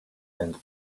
and